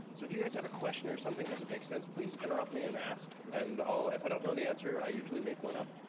so if you guys have a question or something doesn't make sense, please interrupt me and ask. and i'll if i don't know the answer, i usually make one up.